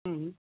हं